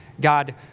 God